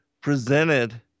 presented